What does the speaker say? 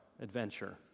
adventure